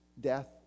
death